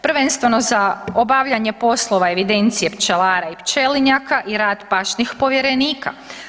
Prvenstveno za obavljanje poslova evidencije pčelara i pčelinjaka i rad pašnih povjerenika.